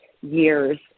years